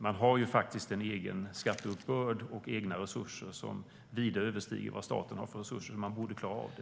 Man har en egen skatteuppbörd och egna resurser som vida överstiger statens resurser, så man borde klara av det.